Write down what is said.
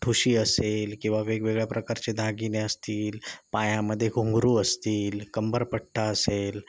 ठुशी असेल किंवा वेगवेगळ्या प्रकारचे दागिने असतील पायामध्ये घुंगरू असतील कंबरपट्टा असेल